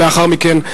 ולאחר מכן,